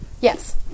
Yes